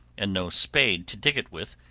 and no spade to dig it with,